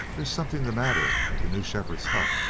there's something the matter at the new shepherd's hut,